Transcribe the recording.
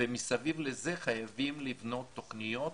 מסביב לזה חייבים לבנות תוכניות.